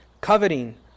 coveting